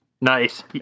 nice